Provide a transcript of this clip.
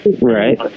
right